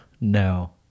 No